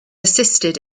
assisted